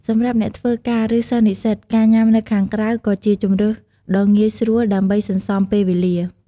សម្រាប់អ្នកធ្វើការ ឬសិស្សនិស្សិត ការញ៉ាំនៅខាងក្រៅក៏ជាជម្រើសដ៏ងាយស្រួលដើម្បីសន្សំពេលវេលា។